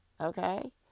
okay